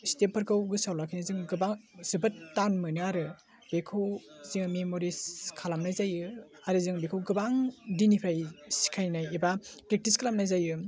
स्टेपफोरखौ गोसोआव लाखिनायजों गोबां जोबोद थान मोनो आरो बेखौ जों मेमरिस खालामनाय जायो आरो जों बेखौ गोबां दिननिफ्राइ सिखायनाय एबा प्रेकक्टिस खालामानाय जायो